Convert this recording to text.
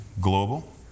Global